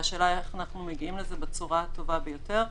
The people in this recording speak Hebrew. והשאלה איך אנחנו מגיעים לזה בצורה הטובה ביותר.